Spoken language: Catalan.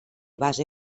base